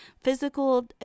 physical